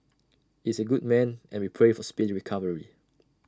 is A good man and we pray for speedy recovery